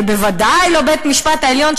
ובוודאי לא בית-המשפט העליון,